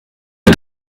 wir